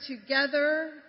together